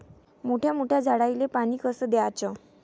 मोठ्या मोठ्या झाडांले पानी कस द्याचं?